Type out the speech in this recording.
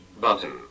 Button